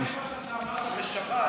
בעקבות מה שאמרת בשבת,